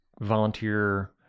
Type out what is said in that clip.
volunteer